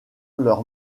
leur